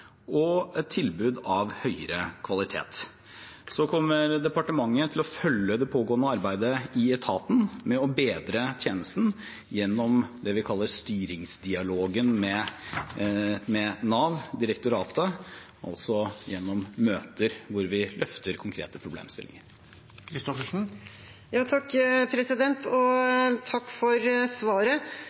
og et tilbud av høyere kvalitet. Departementet kommer til å følge det pågående arbeidet i etaten med å bedre tjenesten gjennom det vi kaller styringsdialogen med Nav, direktoratet, altså gjennom møter hvor vi løfter frem konkrete problemstillinger.